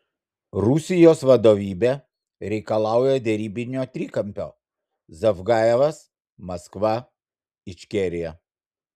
rusijos vadovybė reikalauja derybinio trikampio zavgajevas maskva ičkerija